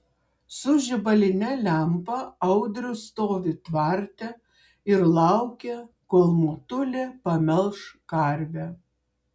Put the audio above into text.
su žibaline lempa audrius stovi tvarte ir laukia kol motulė pamelš karvę